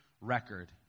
record